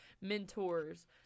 mentors